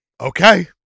Okay